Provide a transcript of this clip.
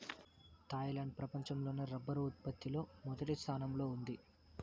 Thailand ప్రపంచం లోనే rubber ఉత్పత్తి లో మొదటి స్థానంలో ఉంది